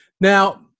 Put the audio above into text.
Now